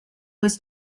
was